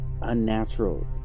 unnatural